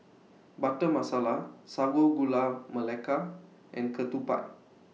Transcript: Butter Masala Sago Gula Melaka and Ketupat